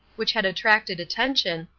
which had attracted attention,